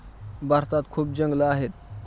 भारतात खूप जंगलं आहेत